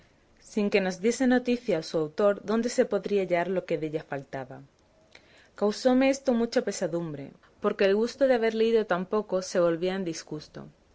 sin que nos diese noticia su autor dónde se podría hallar lo que della faltaba causóme esto mucha pesadumbre porque el gusto de haber leído tan poco se volvía